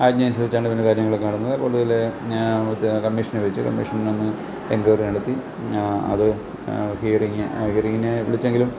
ആജ്ഞ അനുസരിച്ചാണ് പിന്നെ കാര്യങ്ങളൊക്കെ നടന്നത് ഒടുവിൽ ഞാൻ മറ്റേ കമ്മീഷനെ വച്ചു കമ്മീഷൻ വന്ന് എൻക്വയറി നടത്തി അത് ഹിയറിങ്ങ് ഹിയറിങ്ങിന് വിളിച്ചെങ്കിലും